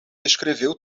escreveu